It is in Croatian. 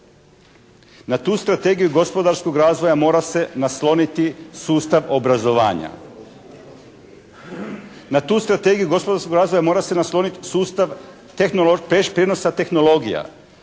Na tu strategiju gospodarskog razvoja mora se nasloniti sustav obrazovanja. Na tu strategiju gospodarskog razvoja mora se nasloniti sustav prijenosa tehnologija,